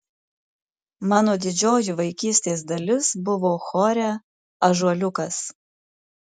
mano didžioji vaikystės dalis buvo chore ąžuoliukas